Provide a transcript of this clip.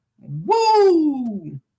woo